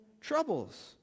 troubles